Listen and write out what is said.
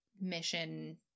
mission